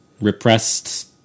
repressed